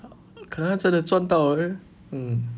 可能他真的赚到 eh mm